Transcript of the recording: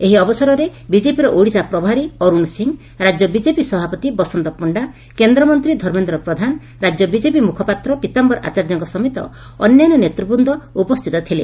ଏହି ଅବସରରେ ବିଜେପିର ଓଡ଼ିଶା ପ୍ରଭାରୀ ଅରୁଣ ସିଂ ରାଜ୍ୟ ବିଜେପି ସଭାପତି ବସନ୍ତ ପଣ୍ଣା କେନ୍ଦ୍ରମନ୍ତୀ ଧର୍ମେନ୍ଦ୍ର ପ୍ରଧାନ ରାଜ୍ୟ ବିଜେପି ମୁଖପାତ୍ର ପୀତାଧ୍ଘର ଆଚାର୍ଯ୍ୟଙ୍କ ସମେତ ଅନ୍ୟାନ୍ୟ ନେତ୍ତବୃନ୍ଦ ଉପସ୍ଥିତ ଥିଲେ